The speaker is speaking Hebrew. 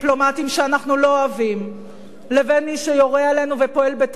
שאנחנו לא אוהבים לבין מי שיורה עלינו ופועל בטרור,